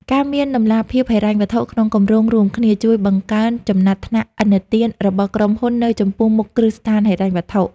ការមានតម្លាភាពហិរញ្ញវត្ថុក្នុងគម្រោងរួមគ្នា ជួយបង្កើនចំណាត់ថ្នាក់ឥណទានរបស់ក្រុមហ៊ុននៅចំពោះមុខគ្រឹះស្ថានហិរញ្ញវត្ថុ។